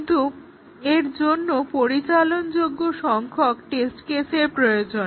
কিন্তু এর জন্য পরিচালনযোগ্য সংখ্যক টেস্ট কেসের প্রয়োজন